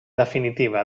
definitiva